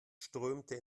strömte